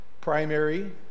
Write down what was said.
primary